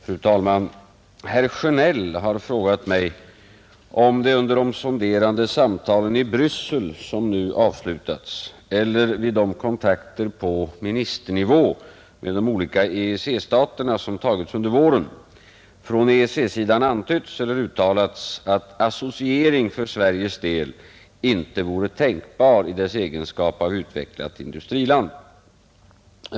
Fru talman! Herr Sjönell har frågat om det under de sonderande samtalen i Bryssel som nu avslutats eller vid de kontakter på ministernivå med de olika EEC-staterna som tagits under våren från EEC-sidan antytts eller uttalats att associering för Sveriges del inte vore tänkbar i dess egenskap av utvecklat industriland.